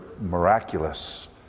miraculous